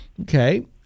Okay